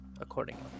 accordingly